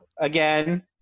again